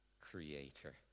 creator